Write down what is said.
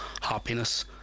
happiness